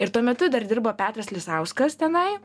ir tuo metu dar dirbo petras lisauskas tenai